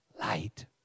light